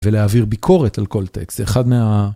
ולהעביר ביקורת על כל טקסט, זה אחד מה...